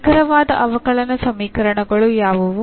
ನಿಖರವಾದ ಅವಕಲನ ಸಮೀಕರಣಗಳು ಯಾವುವು